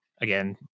Again